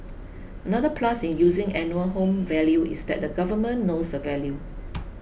another plus in using annual home value is that the government knows the value